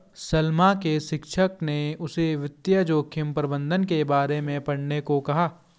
सलमा के शिक्षक ने उसे वित्तीय जोखिम प्रबंधन के बारे में पढ़ने को कहा